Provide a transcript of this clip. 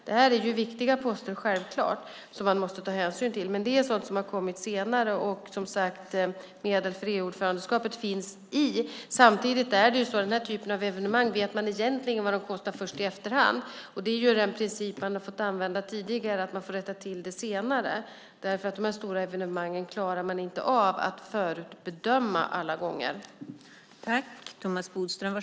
Självklart är det här viktiga poster som man måste ta hänsyn till, men det är sådant som har kommit senare. Medel för EU-ordförandeskapet finns, som sagt, med. Samtidigt är det beträffande den här typen av evenemang så att man egentligen först i efterhand vet vad de kostar. Den princip man tidigare fått använda är just att man senare får rätta till, för sådana här stora evenemang klarar man inte alla gånger av att förutbedöma.